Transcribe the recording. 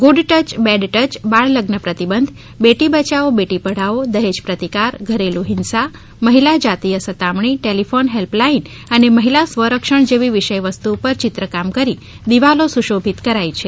good touch bad touch બાળ લઝન પ્રતિબંધ બેટી બચાઓ બેટી પઢાઓ દહેજ પ્રતિકાર ઘરેલુ હિંસા મહિલા જાતિય સતામણી ટેલિફોન હેલ્પલાઇન અને મહિલા સ્વરક્ષણ જેવી વિષય વસ્તુ ઉપર ચિત્રકામ કરી દીવાલો સુશોભિત કરાઇ છે